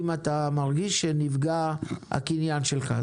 אם אתה מרגיש שנפגע הקניין שלך.